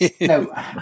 No